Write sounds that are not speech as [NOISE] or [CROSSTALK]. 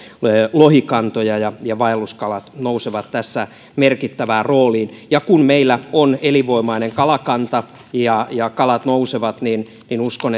lohikantoja ja ja vaelluskalat nousevat tässä merkittävään rooliin kun meillä on elinvoimainen kalakanta ja ja kalat nousevat niin niin uskon [UNINTELLIGIBLE]